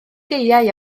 gaeau